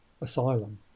asylum